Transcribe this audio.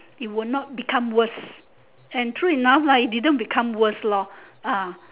it would not become worse and true enough lah it didn't become worst lor ah